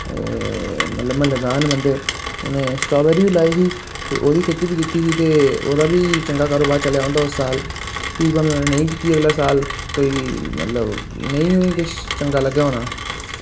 मतलब म्हल्ले दार न बंदे उ'नें स्ट्राबैरी बी लाई ही ते ओह्दी खेती बी कीती ही ते ओह्दा बी चंगा कारोबार चलेआ उं'दा उस साल फ्ही भामें उ'नें नेईं कीती अगले साल कोई मतलब नेईं होई किश चंगा लग्गेआ होना